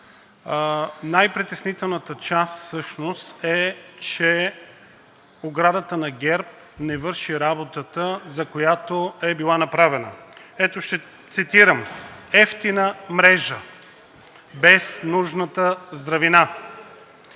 Най-притеснителната част всъщност е, че оградата на ГЕРБ не върши работата, за която е била направена. Ето, ще цитирам: „Евтина мрежа, без нужната здравина.